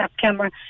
camera